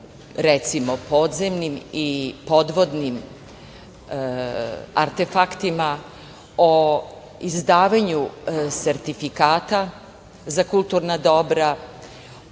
recimo podzemnim i podvodnim artefaktima, o izdavanju sertifikata za kulturna dobra,